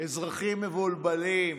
האזרחים מבולבלים.